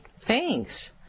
Thanks